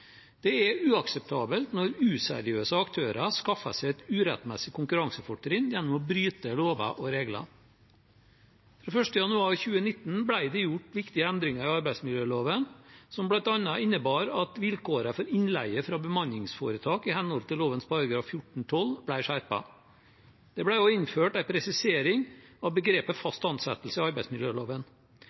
Det er uakseptabelt når useriøse aktører skaffer seg et urettmessig konkurransefortrinn gjennom å bryte lover og regler. Den 1. januar 2019 ble det gjort viktige endringer i arbeidsmiljøloven, som bl.a. innebar at vilkårene for innleie fra bemanningsforetak, i henhold til lovens § 14-12, ble skjerpet. Det ble også innført en presisering av begrepet «fast ansettelse» i arbeidsmiljøloven.